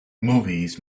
movies